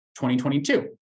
2022